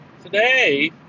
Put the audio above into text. today